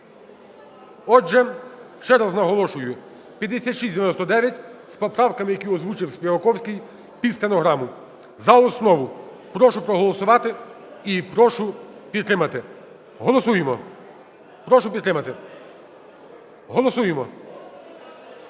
Отже, ще раз наголошую, 5699 з поправками, які озвучив Співаковський під стенограму, за основу. Прошу проголосувати. І прошу підтримати. Голосуємо.